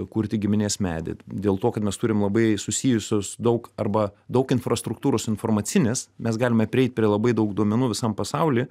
kurti giminės medį dėl to kad mes turim labai susijusius daug arba daug infrastruktūros informacinės mes galime prieit prie labai daug duomenų visam pasauly